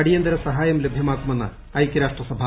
അടിയന്തര സഹായം ലഭ്യമാക്കുമെന്ന് ഐകൃരാഷ്ട്രസഭ